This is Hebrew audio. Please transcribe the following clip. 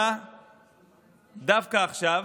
לקורונה דווקא עכשיו.